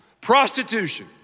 prostitution